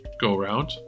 go-around